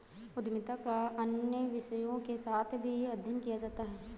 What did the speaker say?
उद्यमिता का अन्य विषयों के साथ भी अध्ययन किया जाता है